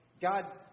God